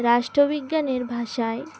রাষ্ট্রবিজ্ঞানের ভাষায়